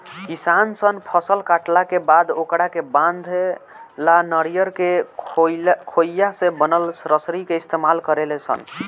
किसान सन फसल काटला के बाद ओकरा के बांधे ला नरियर के खोइया से बनल रसरी के इस्तमाल करेले सन